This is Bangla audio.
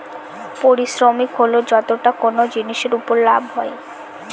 পারিশ্রমিক হল যতটা কোনো জিনিসের উপর লাভ হয়